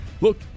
look